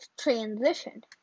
transition